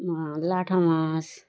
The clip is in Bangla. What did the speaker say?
লাটা মাছ